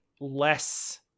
less